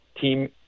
team